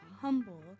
humble